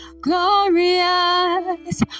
Glorious